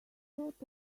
thought